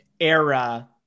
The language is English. era